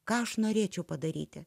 ką aš norėčiau padaryti